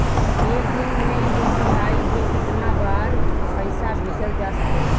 एक दिन में यू.पी.आई से केतना बार पइसा भेजल जा सकेला?